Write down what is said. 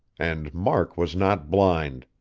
and mark was not blind.